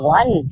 one